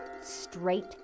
straight